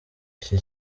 iki